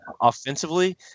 offensively